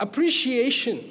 appreciation